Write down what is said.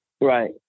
Right